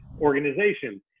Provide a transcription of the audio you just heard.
organization